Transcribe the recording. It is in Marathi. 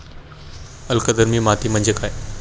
अल्कधर्मी माती म्हणजे काय?